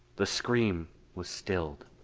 the scream was stilled,